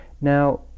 Now